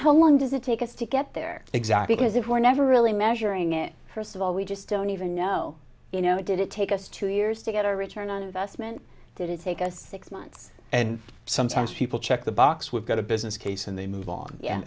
how long does it take us to get there exactly because if we're never really measuring it first of all we just don't even know you know did it take us two years to get our return on investment did it take us six months and sometimes people check the box we've got a business case and they move on